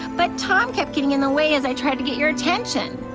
but tom kept getting in the way as i tried to get your attention.